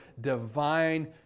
divine